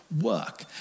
work